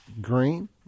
Green